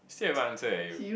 still haven't answered leh you